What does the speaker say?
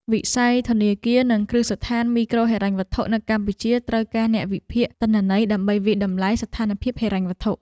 វិស័យធនាគារ និងគ្រឹះស្ថានមីក្រូហិរញ្ញវត្ថុនៅកម្ពុជាត្រូវការអ្នកវិភាគទិន្នន័យដើម្បីវាយតម្លៃស្ថានភាពហិរញ្ញវត្ថុ។